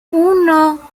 uno